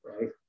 right